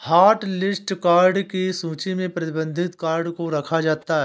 hotlist card की सूची में प्रतिबंधित कार्ड को रखा जाता है